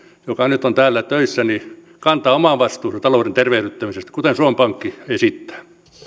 joka nyt on täällä töissä kantaa oman vastuunsa talouden tervehdyttämisestä kuten suomen pankki esittää arvoisa